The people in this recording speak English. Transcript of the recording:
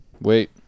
Wait